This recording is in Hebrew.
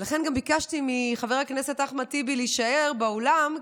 ולכן גם ביקשתי מחבר הכנסת אחמד טיבי להישאר באולם,